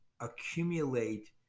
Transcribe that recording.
accumulate